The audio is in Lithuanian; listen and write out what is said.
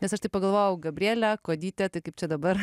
nes aš taip pagalvojau gabrielė kuodytė tai kaip čia dabar